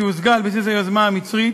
שהושגה על בסיס היוזמה המצרית,